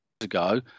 ago